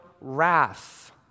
wrath